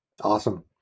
Awesome